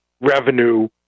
revenue